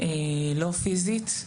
לא פיזית,